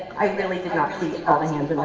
i really did not see all the hands.